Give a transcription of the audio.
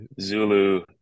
Zulu